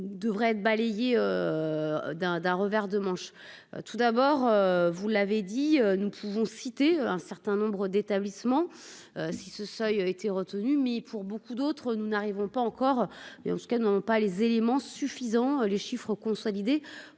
devrait être balayée d'un d'un revers de manche tout d'abord, vous l'avez dit, nous pouvons citer un certain nombre d'établissements si ce seuil a été retenu, mais pour beaucoup d'autres, nous n'arrivons pas encore, et ce qu'elles n'ont pas les éléments. Suffisant, les chiffres consolidés